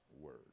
word